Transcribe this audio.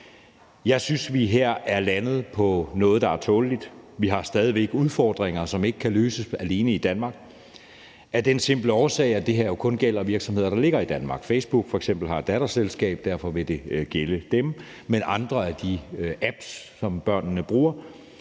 Jeg synes, vi her er landet på noget, der er tåleligt. Vi har stadig væk udfordringer, som ikke kan løses alene i Danmark, af den simple årsag, at det her jo kun gælder virksomheder, der ligger i Danmark. Facebook har f.eks. et datterselskab, og derfor vil det gælde dem, men når det drejer sig om andre af de apps, som børnene bruger,